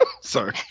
Sorry